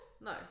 No